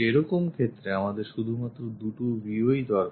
সেরকম ক্ষেত্রে আমাদের শুধুমাত্র দু'টো viewই দরকার